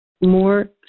more